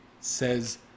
says